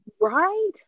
right